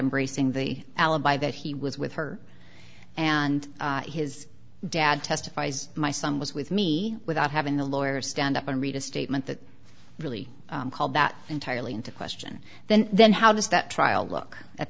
embracing the alibi that he was with her and his dad testifies my son was with me without having the lawyer stand up and read a statement that really called that entirely into question then then how does that trial look at